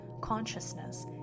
consciousness